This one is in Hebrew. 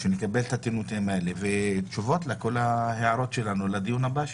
ושנקבל את הנתונים האלה ותשובות לכל ההערות שלנו לדיון הבא שייקבע.